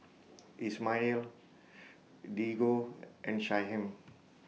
Ismael Diego and Shyheim